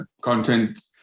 content